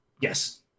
Yes